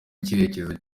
n’icyerekezo